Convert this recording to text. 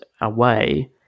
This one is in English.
away